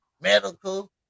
medical